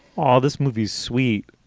all this movie's sweet.